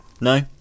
No